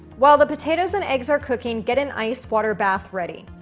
while the potatoes and eggs are cooking, get an ice water bath ready.